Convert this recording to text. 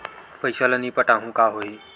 पईसा ल नई पटाहूँ का होही?